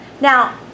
Now